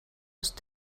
ist